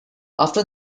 after